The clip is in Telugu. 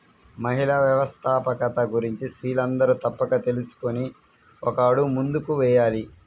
మహిళా వ్యవస్థాపకత గురించి స్త్రీలందరూ తప్పక తెలుసుకొని ఒక అడుగు ముందుకు వేయాలి